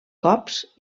cops